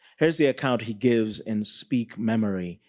here's the account he gives in speak memory,